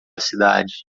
cidade